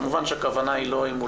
כמובן שהכוונה היא לא אם הוא